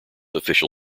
official